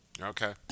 okay